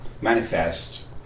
manifest